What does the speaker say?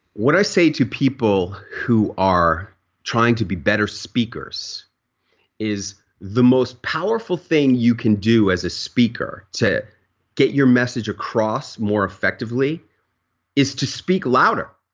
what i say to people who are trying to be better speakers is the most powerful thing you can do as a speaker to get your message across more effectively is to speak louder